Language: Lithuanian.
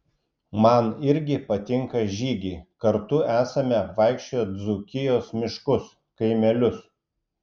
man irgi patinka žygiai kartu esame apvaikščioję dzūkijos miškus kaimelius